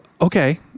okay